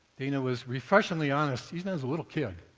dana was refreshingly honest, even as a little kid,